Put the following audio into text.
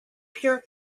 pure